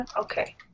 Okay